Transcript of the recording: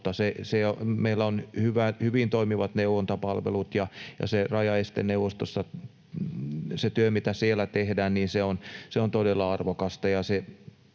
Meillä on hyvin toimivat neuvontapalvelut, ja se työ, mitä siellä rajaesteneuvostossa tehdään, on todella arvokasta.